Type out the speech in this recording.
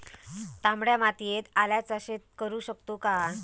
तामड्या मातयेत आल्याचा शेत करु शकतू काय?